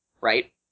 right